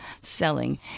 selling